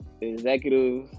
executives